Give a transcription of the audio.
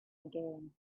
again